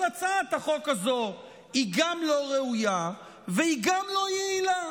אבל הצעת החוק הזאת היא גם לא ראויה והיא גם לא יעילה,